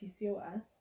PCOS